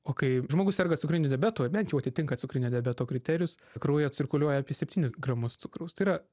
o kai žmogus serga cukriniu diabetu ar bent jau atitinka cukrinio diabeto kriterijus kraujyje cirkuliuoja apie septynis gramus cukraus tai yra